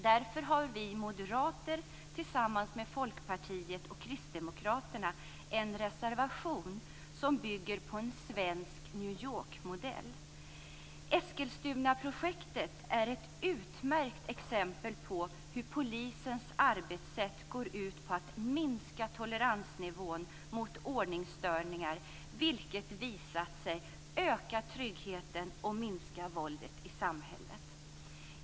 Därför har vi moderater tillsammans med Folkpartiet och Kristdemokraterna en reservation som bygger på en svensk New York-modell. Eskilstunaprojektet är ett utmärkt exempel på hur polisens arbetssätt går ut på att minska toleransnivån mot ordningsstörningar, vilket har visat sig öka tryggheten och minska våldet i samhället.